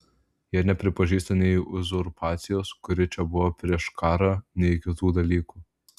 jie nepripažįsta nei uzurpacijos kuri čia buvo prieš karą nei kitų dalykų